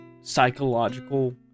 psychological